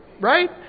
right